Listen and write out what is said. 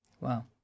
Wow